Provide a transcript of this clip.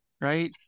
Right